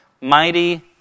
mighty